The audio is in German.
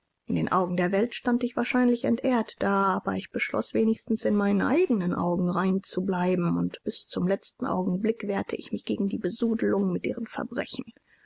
in den augen der welt stand ich wahrscheinlich entehrt da aber ich beschloß wenigstens in meinen eigenen augen rein zu bleiben und bis zum letzten augenblick wehrte ich mich gegen die besudelung mit ihren verbrechen